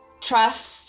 trust